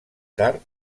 tard